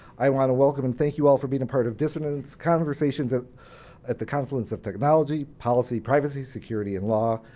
i wanna welcome and thank you all for being a part of dissonance. conversations at at the confluence of technology, policy, privacy, security, and law.